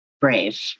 brave